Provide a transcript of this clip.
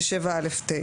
זה 7(א)(9).